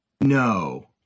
No